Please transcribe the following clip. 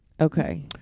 Okay